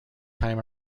time